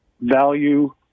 value